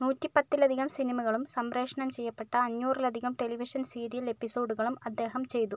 നൂറ്റിപ്പത്തിലധികം സിനിമകളും സംപ്രേഷണം ചെയ്യപ്പെട്ട അഞ്ഞൂറലധികം ടെലിവിഷൻ സീരിയൽ എപ്പിസോഡുകളും അദ്ദേഹം ചെയ്തു